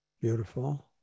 Beautiful